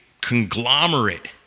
conglomerate